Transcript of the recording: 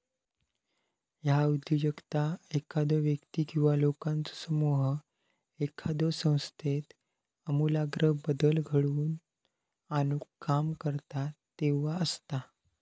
ह्या उद्योजकता एखादो व्यक्ती किंवा लोकांचो समूह एखाद्यो संस्थेत आमूलाग्र बदल घडवून आणुक काम करता तेव्हा असता